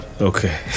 Okay